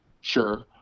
sure